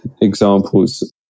examples